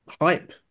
hype